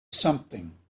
something